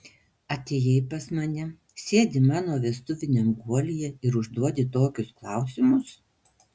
atėjai pas mane sėdi mano vestuviniam guolyje ir užduodi tokius klausimus